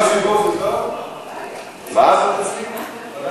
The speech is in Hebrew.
מה זה קשור?